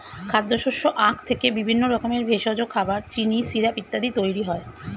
খাদ্যশস্য আখ থেকে বিভিন্ন রকমের ভেষজ, খাবার, চিনি, সিরাপ ইত্যাদি তৈরি হয়